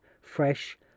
fresh